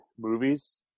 movies